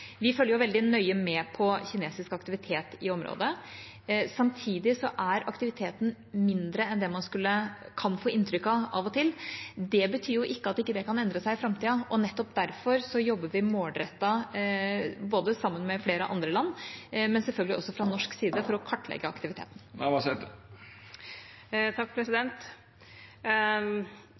Vi følger veldig nøye med på kinesisk aktivitet i området. Samtidig er aktiviteten mindre enn det man kan få inntrykk av av og til. Det betyr ikke at det ikke kan endre seg i framtida, og nettopp derfor jobber vi målrettet sammen med flere andre land, men selvfølgelig også fra norsk side, for å kartlegge aktiviteten.